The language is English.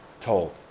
told